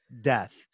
death